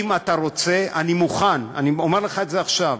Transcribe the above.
אם אתה רוצה, אני מוכן, אני אומר לך את זה עכשיו,